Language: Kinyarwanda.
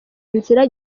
nzira